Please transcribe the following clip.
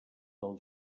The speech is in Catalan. del